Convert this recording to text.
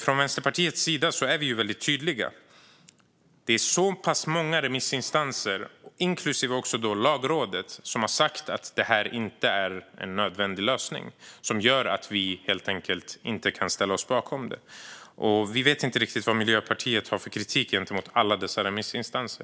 Från Vänsterpartiets sida är vi väldigt tydliga: Det är så pass många remissinstanser, inklusive Lagrådet, som har sagt att det här inte är en nödvändig lösning, och det gör att vi helt enkelt inte kan ställa oss bakom detta. Vi vet inte riktigt vad Miljöpartiet har för kritik gentemot alla dessa remissinstanser.